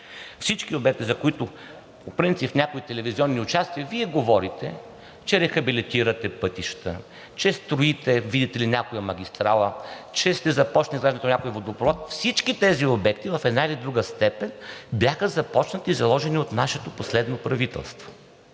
Всички обекти, за които по принцип в някои телевизионни участия Вие говорите, че рехабилитирате пътища, че строите, видите ли, някоя магистрала, че ще започне изграждането на някой водопровод – всички тези обекти в една или друга степен бяха започнати и заложени от нашето последно правителство,